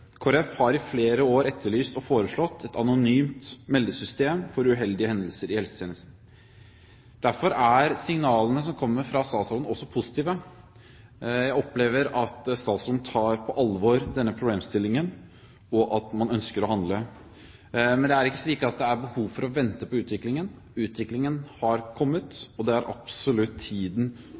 har i flere år etterlyst og foreslått et anonymt meldesystem for uheldige hendelser i helsetjenesten. Derfor er signalene som kommer fra statsråden, også positive. Jeg opplever at statsråden tar på alvor denne problemstillingen, og at man ønsker å handle. Men det er ikke slik at det er behov for å vente på utviklingen. Utviklingen har kommet, og det er absolutt